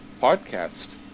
podcast